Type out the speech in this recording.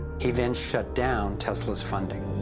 he then shut down tesla's funding.